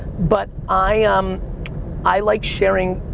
but i, um i like sharing,